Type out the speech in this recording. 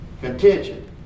contention